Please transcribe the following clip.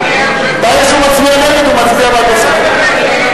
אני מעמיד דילמה בפני חבר הכנסת שהיא בלתי אפשרית.